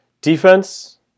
Defense